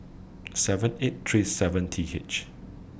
seven eight three seven T H